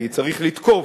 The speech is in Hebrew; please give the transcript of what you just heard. כי צריך לתקוף,